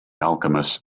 alchemist